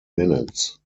minutes